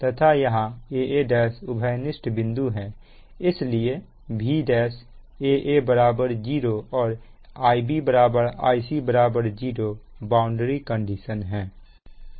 तथा यहां a a1 उभयनिष्ठ बिंदु है इसलिए Vaa1 0 और Ib 0 Ic 0 बाउंड्री कंडीशन है